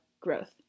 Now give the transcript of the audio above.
growth